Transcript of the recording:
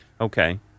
Okay